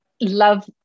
love